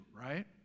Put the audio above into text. right